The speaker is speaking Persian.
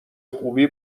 خوبی